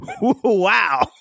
Wow